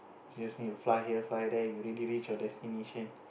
just need to fly here fly there you already reach your destination